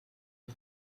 him